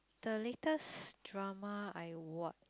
the latest drama I watch